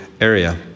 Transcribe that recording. area